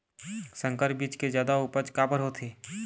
संकर बीज के जादा उपज काबर होथे?